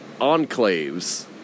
enclaves